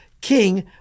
king